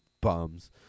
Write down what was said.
bums